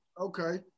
okay